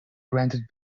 granted